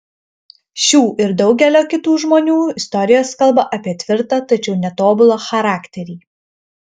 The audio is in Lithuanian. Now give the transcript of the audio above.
šių ir daugelio kitų žmonių istorijos kalba apie tvirtą tačiau netobulą charakterį